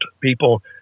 people